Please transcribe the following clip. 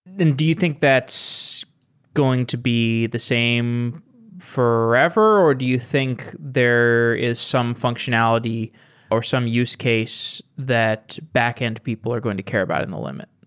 do you think that's going to be the same forever, or do you think there is some functionality or some use case that backend people are going to care about in the limit?